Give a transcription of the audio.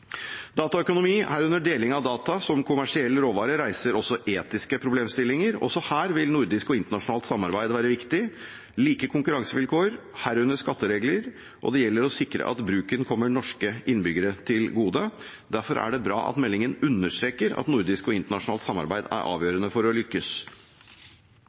Dataøkonomi, herunder deling av data som kommersiell råvare, reiser også etiske problemstillinger. Også her vil nordisk og internasjonalt samarbeid være viktig – like konkurransevilkår, herunder skatteregler, og det gjelder å sikre at bruken kommer norske innbyggere til gode. Derfor er det bra at meldingen understreker at nordisk og internasjonalt samarbeid er